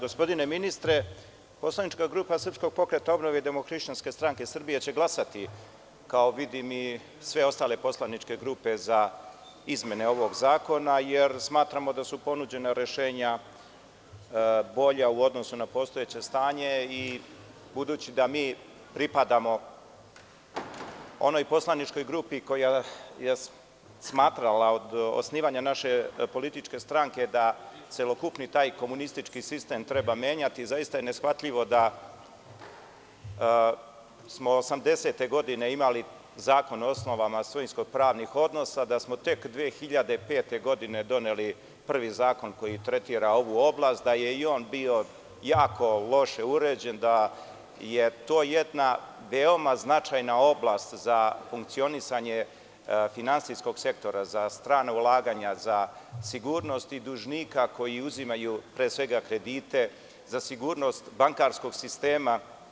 Gospodine ministre, poslanička grupa SPO i DHSS će glasati kao, vidim, i sve ostale poslaničke grupe za izmene ovog zakona jer smatramo da su ponuđena rešenja bolja u odnosu na postojeće stanje i budući da mi pripadamo onoj poslaničkoj grupi koja je smatrala, od osnivanja naše političke stranke, da celokupni taj komunistički sistem treba menjati, zaista je neshvatljivo da smo 1980. godine imali Zakon o osnovama svojinsko-pravnih odnosa, da smo tek 2005. godine doneli prvi zakon koji tretira ovu oblast, da je i on bio jako loše uređen, da je to jedna veoma značajna oblast za funkcionisanje finansijskog sektora za strana ulaganja, za sigurnost dužnika koji uzimaju pre svega kredite, za sigurnost bankarskog sistema.